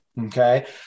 okay